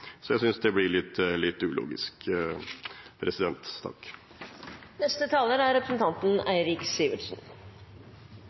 Så jeg synes det blir litt ulogisk. Prop. 159 L for 2015–2016 er